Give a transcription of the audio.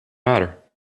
matter